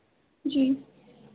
जी